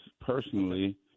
personally